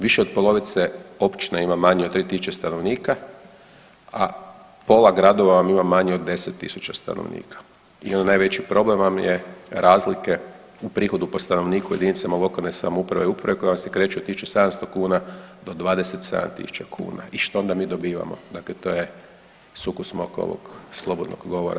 Više od polovice općina ima manje od 3 tisuće stanovnika, a pola gradova vam ima manje od 10 tisuća stanovnika i onda najveći problem vam je razlike u prihodu po stanovniku u jedinicama lokalne samouprave i uprave koja vam se kreće od 1.700 kuna do 27.000 kuna i što onda mi dobivamo, dakle to je sukus mog ovog slobodnog govora.